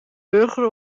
burger